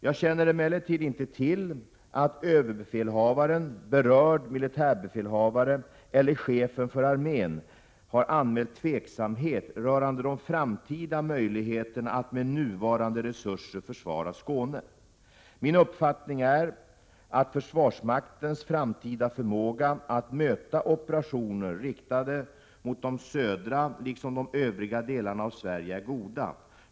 Jag känner emellertid inte till att överbefälhavaren, berörd militärbefälhavare eller chefen för armén har anmält tveksamhet rörande de framtida möjligheterna att med nuvarande resurser försvara Skåne. Min uppfattning är att försvarsmaktens framtida förmåga att möta operationer riktade mot de södra liksom till de övriga delarna av Sverige är goda.